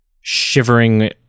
shivering